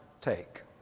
take